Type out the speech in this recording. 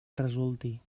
resulti